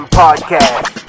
podcast